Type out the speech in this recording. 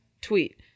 tweet